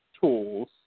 tools